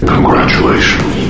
Congratulations